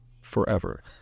forever